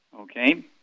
okay